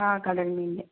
ആ കടൽ മീൻ്റെ